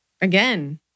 again—